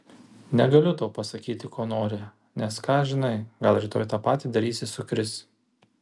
negaliu tau pasakyti ko nori nes ką žinai gal rytoj tą patį darysi su kris